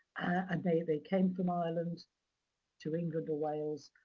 and they they came from ireland to england or wales,